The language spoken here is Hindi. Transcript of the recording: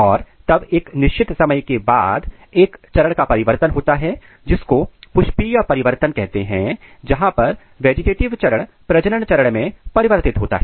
और तब एक निश्चित समय के बाद एक चरण परिवर्तन होता है जिसको पुष्पीय परिवर्तन कहते हैं जहां पर वेजिटेटिव चरण प्रजनन चरण में परिवर्तित होता है